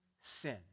sin